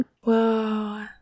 Whoa